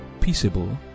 peaceable